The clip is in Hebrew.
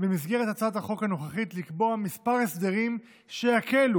במסגרת הצעת החוק הנוכחית לקבוע כמה הסדרים שיקלו